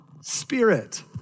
Spirit